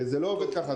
זה לא עובד ככה.